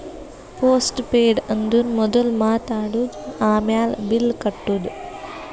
post paid ಅಂದುರ್ ಮೊದುಲ್ ಮಾತ್ ಆಡದು, ಆಮ್ಯಾಲ್ ಬಿಲ್ ಕಟ್ಟದು